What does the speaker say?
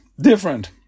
different